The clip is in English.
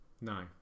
no